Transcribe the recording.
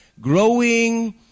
growing